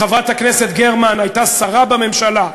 חברת הכנסת גרמן הייתה שרה בממשלה.